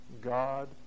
God